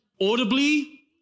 audibly